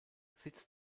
sitz